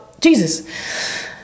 Jesus